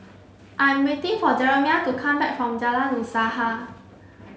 I am waiting for Jeremiah to come back from Jalan Usaha